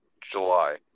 July